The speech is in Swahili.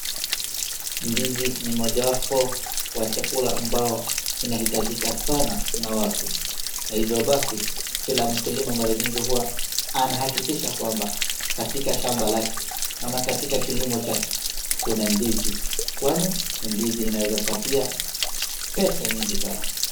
Ndizi ni mojawapo wa chakula ambao inahitajika sana na watu. Na hivo basi kila mkulima mara nyingi hua anahakikisha kwamba katika shamba lake ama katika kilimo chake kuna ndizi kwani ni ndizi inaeza patia pesa nyingi sana.